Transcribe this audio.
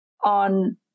on